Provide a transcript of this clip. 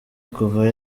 kuva